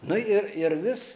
nu ir ir vis